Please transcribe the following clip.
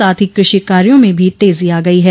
साथ ही कृषि कार्यो में भी तेजी आ गयी है